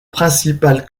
principal